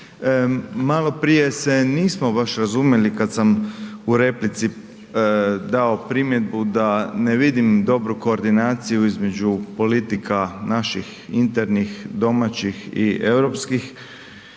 Malo prije se nismo baš razumjeli kada sam u replici dao primjedbu da ne vidim dobru koordinaciju između politika naših internih, domaćih i europskih